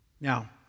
now